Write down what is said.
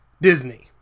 Disney